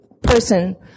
person